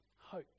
hope